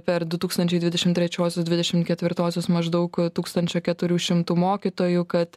per du tūkstančiai dvidešim trečiuosius dvidešim ketvirtuosius maždaug tūkstančio keturių šimtų mokytojų kad